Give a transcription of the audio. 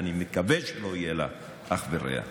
אני מקווה שלא יהיה לה אח ורע.